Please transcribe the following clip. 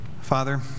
Father